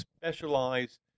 specialize